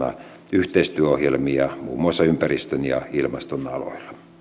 yhteistyöohjelmia muun muassa ympäristön ja ilmaston aloilla